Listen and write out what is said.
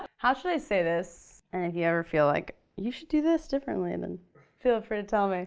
how should i say this? and if you ever feel like, you should do this differently then feel free to tell me.